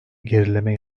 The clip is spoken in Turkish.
gerileme